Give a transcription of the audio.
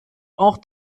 auch